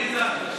הצבעה.